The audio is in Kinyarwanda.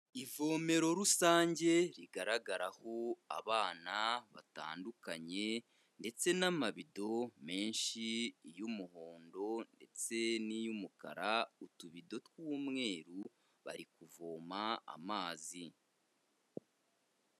Ivomero rusange rigaragaraho abana batandukanye ndetse n'amabido menshi y'umuhondo ndetse n'iy'umukara, utubido tw'umweru, bari kuvoma amazi.